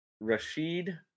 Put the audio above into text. Rashid